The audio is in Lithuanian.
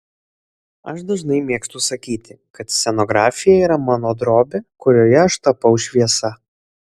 aš dažnai mėgstu sakyti kad scenografija yra mano drobė kurioje aš tapau šviesa